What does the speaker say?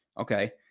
Okay